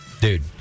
dude